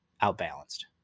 outbalanced